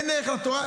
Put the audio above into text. אין ערך לתורה,